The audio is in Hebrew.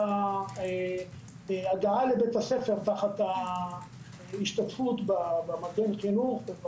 ההגעה לבית הספר תחת השתתפות במגן חינוך.